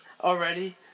already